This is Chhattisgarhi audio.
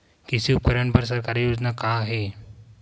कृषि उपकरण बर सरकारी योजना का का हे?